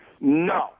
No